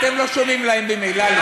אתם לא שומעים להם ממילא,